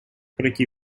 пройти